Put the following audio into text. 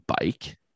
bike